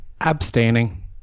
Abstaining